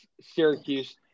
Syracuse